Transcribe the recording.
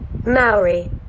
Maori